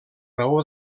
raó